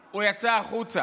הוא יצא החוצה,